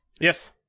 yes